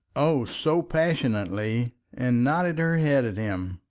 oh! so passionately, and nodded her head at him.